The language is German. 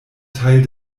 teil